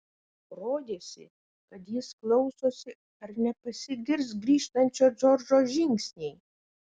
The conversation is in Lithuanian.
rodėsi kad jis klausosi ar nepasigirs grįžtančio džordžo žingsniai